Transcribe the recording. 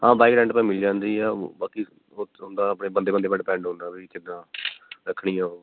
ਹਾਂ bike rent 'ਤੇ ਮਿਲ ਜਾਂਦੀ ਹੈ ਉਹ ਬਾਕੀ ਹੁੰਦਾ ਅਪਣੇ ਬੰਦੇ ਬੰਦੇ ਪਰ ਡਿਪੈਂਡ ਹੁੰਦਾ ਵੀ ਕਿੱਦਾਂ ਰੱਖਣੀ ਹੈ ਉਹ